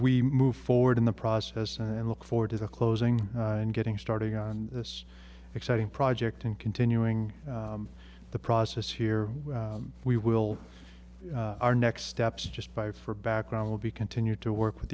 we move forward in the process and look forward as a closing in getting starting on this exciting project and continuing the process here we will our next steps just by for background will be continue to work with